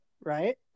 right